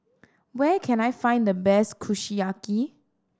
where can I find the best Kushiyaki